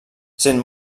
sent